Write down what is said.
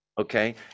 okay